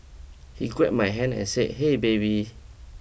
he grab my hand and say hey baby